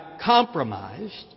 compromised